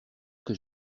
que